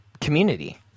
community